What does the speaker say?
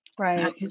Right